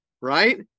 right